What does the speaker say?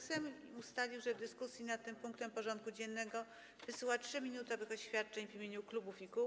Sejm ustalił, że w dyskusji nad tym punktem porządku dziennego wysłucha 3-minutowych oświadczeń w imieniu klubów i kół.